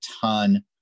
ton